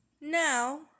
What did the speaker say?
now